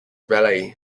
ballet